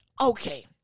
okay